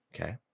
Okay